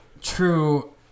True